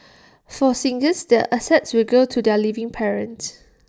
for singles the assets will go to their living parents